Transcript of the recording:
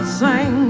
sing